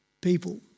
people